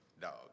dog